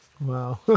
Wow